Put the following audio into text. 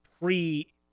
pre